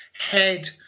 head